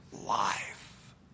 life